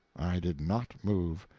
i did not move.